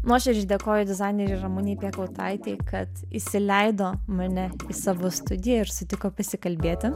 nuoširdžiai dėkoju dizainerei ramunei piekautaitei kad įsileido mane į savo studiją ir sutiko pasikalbėti